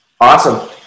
awesome